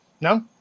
No